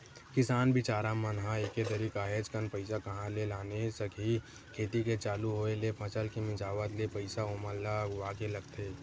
किसान बिचारा मन ह एके दरी काहेच कन पइसा कहाँ ले लाने सकही खेती के चालू होय ले फसल के मिंजावत ले पइसा ओमन ल अघुवाके लगथे